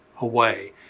away